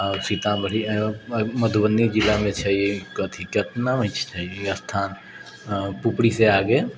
सीतामढ़ी मधुबनी जिलामे छै कथि कितना ऊँच छै ई स्थान पुपरिसँ आगे